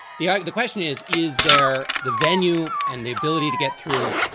the ah the question is, is there the venue and the ability to get through?